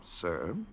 sir